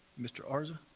mr. arza?